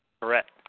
Correct